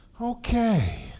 Okay